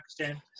Pakistan